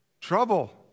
Trouble